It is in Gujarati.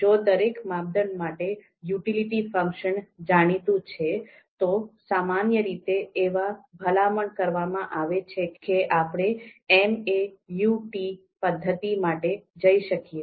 જો દરેક માપદંડ માટે યુટિલિટી ફંક્શન જાણીતું છે તો સામાન્ય રીતે એવી ભલામણ કરવામાં આવે છે કે આપણે MAUT પદ્ધતિ માટે જઈ શકીએ